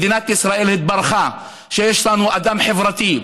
מדינת ישראל התברכה בכך שיש לנו אדם חברתי,